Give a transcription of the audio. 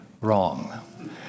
wrong